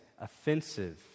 offensive